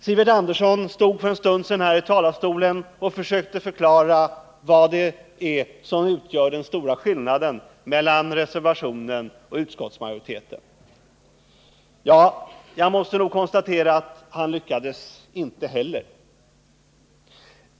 Sivert Andersson stod för en stund sedan här i talarstolen och försökte förklara vad det är som utgör den stora skillnaden mellan reservanternas och utskottsmajoritetens skrivning. Jag måste nog konstatera att inte heller han lyckades klargöra denna.